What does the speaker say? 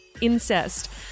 incest